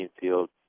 field